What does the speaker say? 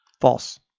False